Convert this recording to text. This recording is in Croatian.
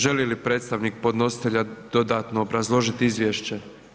Želi li predstavnik podnositelja dodatno obrazložiti izvješće?